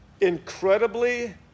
incredibly